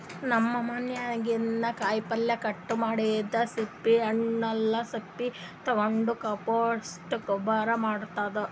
ನಮ್ ಮನ್ಯಾಗಿನ್ದ್ ಕಾಯಿಪಲ್ಯ ಕಟ್ ಮಾಡಿದ್ದ್ ಸಿಪ್ಪಿ ಹಣ್ಣ್ಗೊಲ್ದ್ ಸಪ್ಪಿ ತಗೊಂಡ್ ಕಾಂಪೋಸ್ಟ್ ಗೊಬ್ಬರ್ ಮಾಡ್ಭೌದು